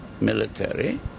military